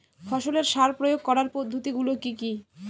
ফসলের সার প্রয়োগ করার পদ্ধতি গুলো কি কি?